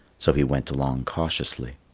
so he went along cautiously.